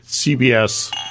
CBS